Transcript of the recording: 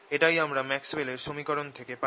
এটাই আমরা ম্যাক্সওয়েলের সমীকরণ থেকে পাই